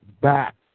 back